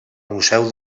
museu